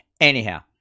Anyhow